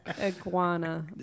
iguana